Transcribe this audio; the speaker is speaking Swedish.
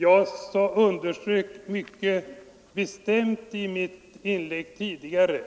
Jag underströk mycket bestämt i mitt inlägg tidigare